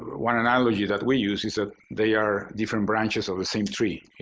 one analogy that we use is that they are different branches of the same tree, you